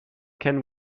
can